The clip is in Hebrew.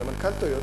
ומנכ"ל "טויוטה",